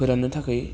फोराननो थाखै